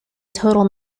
total